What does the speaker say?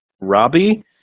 Robbie